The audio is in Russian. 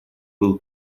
был